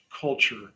culture